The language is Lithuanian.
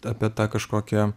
apie tą kažkokią